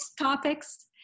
topics